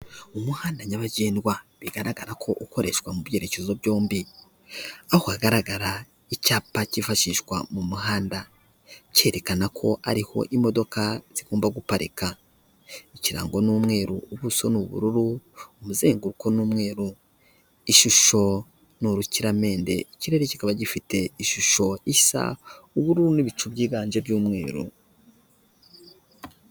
Umuhanda nyabagendwa bigaragara ko ukoreshwa mu byerekezo byombi, aho hagaragara icyapa cyifashishwa m'umuhanda cyerekana ko ariho imodoka zigomba guparika, ikirango n'umweru ubuso ni ubururu umuzenguko n'umweru ishusho nirukiramende ikirere kikaba gifite ishusho isa uburu n'ibicu byibanje by'umweru.